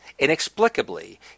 inexplicably